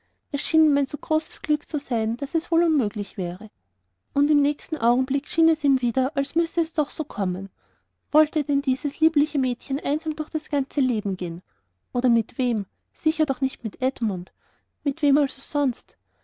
ihm ein so großes glück zu sein daß es wohl unmöglich wäre und im nächsten augenblick schien es ihm wieder es müsse ja doch so kommen sollte denn dieses liebliche mädchen einsam durch das leben gehen oder mit wem sicher doch nicht mit edmund mit wem also sonst